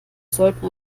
sollten